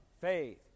faith